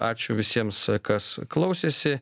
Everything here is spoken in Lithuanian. ačiū visiems kas klausėsi